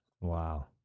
Wow